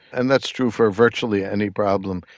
and that's true for virtually any problem.